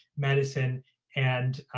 medicine and